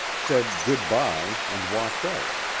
said good-by and walked out,